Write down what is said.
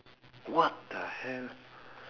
what the hell